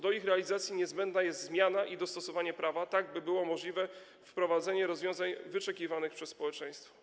Do ich realizacji niezbędna jest zmiana i dostosowanie prawa, tak by było możliwe wprowadzenie rozwiązań wyczekiwanych przez społeczeństwo.